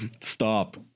stop